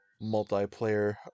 multiplayer